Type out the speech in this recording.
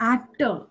Actor